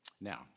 Now